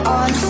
on